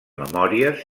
memòries